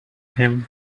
him